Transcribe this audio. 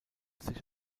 sich